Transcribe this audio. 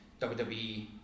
WWE